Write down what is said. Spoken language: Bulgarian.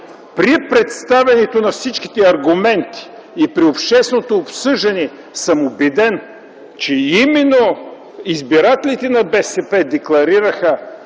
при представянето на всички аргументи и при общественото обсъждане съм убеден, че именно избирателите на БСП декларираха,